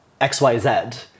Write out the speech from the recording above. XYZ